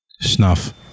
Snuff